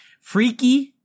Freaky